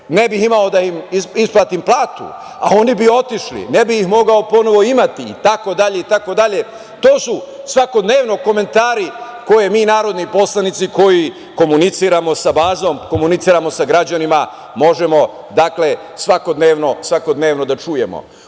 ne bih imao da im isplatim platu, a oni bi otišli, ne bih ih mogao ponovo imati itd. To su svakodnevno komentari koje mi narodni poslanici, koji komuniciramo sa bazom, komuniciramo sa građanima možemo svakodnevno da čujemo. Ono